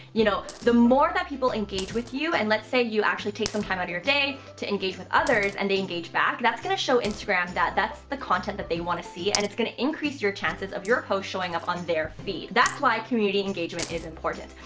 you know the more that people engage with you, and let's say you actually take some time out of your day to engage with others, and they engage back, that's going to show instagram that, that's the content that they want to see. and it's going to increase your chances of your post showing up on their feed. that's why community engagement is important.